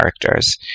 characters